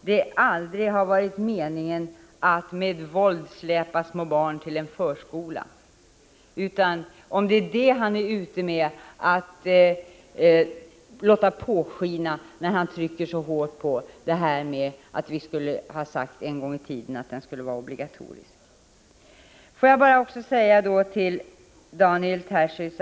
det aldrig har varit meningen att med våld släpa små barn till en förskola — om det är det han är ute efter att låta påskina när han trycker på att vi en gång i tiden skulle ha sagt att förskolan skulle vara obligatorisk. Låt mig också säga några ord till Daniel Tarschys.